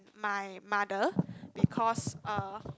my mother because uh